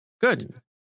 Good